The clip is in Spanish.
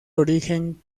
origen